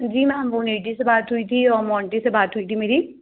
जी ma'am वह नेडी से बात हुई थी और मोंटी से बात हुई थी मेरी